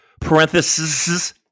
parentheses